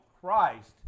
Christ